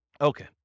Okay